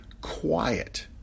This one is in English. quiet